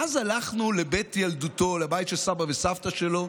ואז הלכנו לבית ילדותו, לבית של סבא וסבתא שלו,